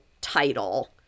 title